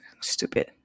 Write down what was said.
stupid